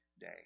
day